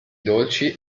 dolci